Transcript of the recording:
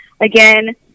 again